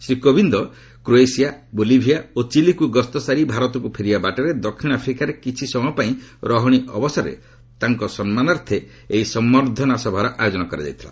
Shri Kovind Croatia Bolivia ଓ ଚିଲିକ୍ ଗସ୍ତ ସାରି ଭାରତକୁ ଫେରିବା ବାଟରେ ଦକ୍ଷିଣ ଆଫ୍ରିକାରେ କିଛି ସମୟ ପାଇଁ ରହଣି ଅବସରରେ ତାଙ୍କ ସମ୍ମାନାର୍ଥେ ଏହି ସମ୍ଭର୍ଦ୍ଧନା ସଭାର ଆୟୋଜନ କରାଯାଇଥିଲା